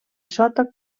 sota